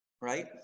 Right